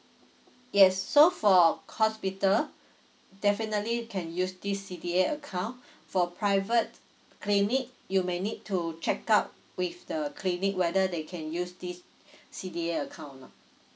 yes so for hospital definitely can use this C_D_A account for private clinic you may need to check out with the clinic whether they can use this C_D_A account or not